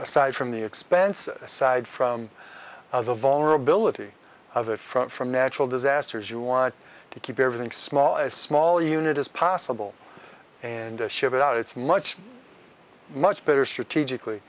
aside from the expense aside from the vulnerability of a front from natural disasters you want to keep everything small as small unit as possible and ship it out it's much much better strategically